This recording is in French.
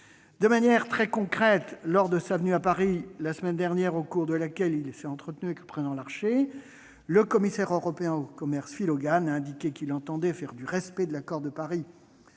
De manière très concrète, lors de sa venue à Paris la semaine dernière, au cours de laquelle il s'est entretenu avec le président Larcher, le commissaire européen au commerce Phil Hogan a indiqué qu'il entendait faire du respect de l'accord de Paris